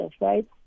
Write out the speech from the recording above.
right